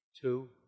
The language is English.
two